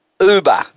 Uber